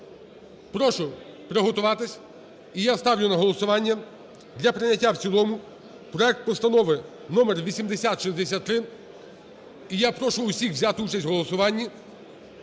Прошу приготуватись. І я ставлю на голосування для прийняття в цілому проект Постанови № 8063. І я прошу усіх взяти участь в голосуванні.